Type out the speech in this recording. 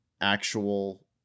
actual